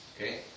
Okay